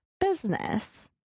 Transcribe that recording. business